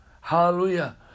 Hallelujah